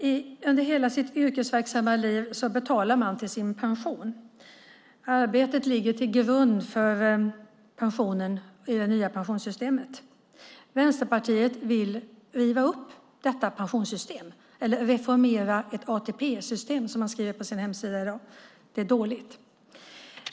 Herr talman! Under hela sitt yrkesverksamma liv betalar man till sin pension. Arbetet ligger till grund för pensionen i det nya pensionssystemet. Vänsterpartiet vill riva upp detta pensionssystem eller reformera ett ATP-system, som man skriver på sin hemsida i dag. Det är dåligt.